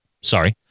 sorry